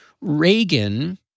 Reagan